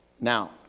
now